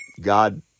God